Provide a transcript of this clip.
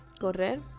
correr